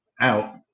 out